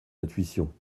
intuition